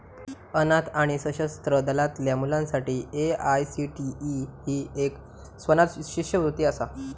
अनाथ आणि सशस्त्र दलातल्या मुलांसाठी ए.आय.सी.टी.ई ही एक स्वनाथ शिष्यवृत्ती असा